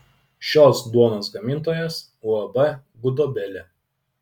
šios duonos gamintojas uab gudobelė